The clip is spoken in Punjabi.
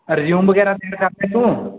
ਰਿਜਿਊਮ ਵਗੈਰਾ ਫਿਲ ਕਰਤੇ ਤੂੰ